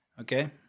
Okay